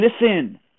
listen